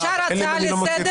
אפשר הצעה לסדר?